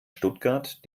stuttgart